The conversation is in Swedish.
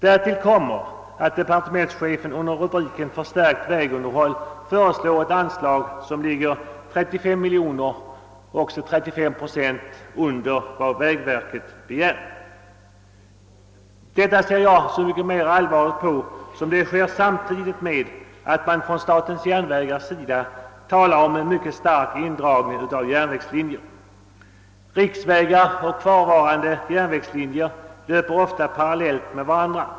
Därtill kommer att departementschefen under rubriken »Förstärkt vägunderhåll» föreslår ett anslag som ligger 35 miljoner kronor — och 35 procent — under vad vägverket begärt. På detta ser jag så mycket mer allvarligt som det sker samtidigt med att statens järnvägar talar om en mycket stor indragning av järnvägslinjer. Riksvägar och kvarvarande järnvägslinjer löper ofta parallellt med varandra.